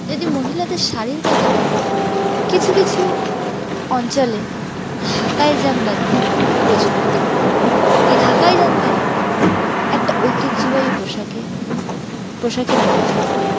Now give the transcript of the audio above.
যদি মহিলাদের শাড়ির কথা বলি কিছু কিছু অঞ্চলে ঢাকাই জামদানি প্রচলিত এই ঢাকাই জামদানি একটা ঐতিহ্যবাহী পোশাকে পোশাকের মধ্যে পড়ে